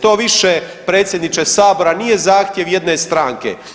To više, predsjedniče Sabora, nije zahtjev jedne stranke.